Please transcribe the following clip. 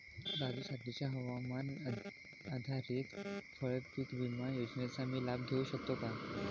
काजूसाठीच्या हवामान आधारित फळपीक विमा योजनेचा मी लाभ घेऊ शकतो का?